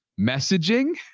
messaging